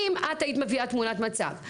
אם את היית מביאה תמונת מצב,